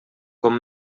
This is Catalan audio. com